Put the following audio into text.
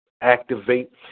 activate